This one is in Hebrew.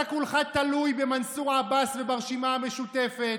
אתה כולך תלוי במנסור עבאס וברשימה המשותפת.